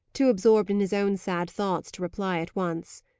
too absorbed in his own sad thoughts to reply at once.